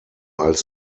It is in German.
als